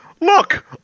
look